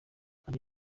andi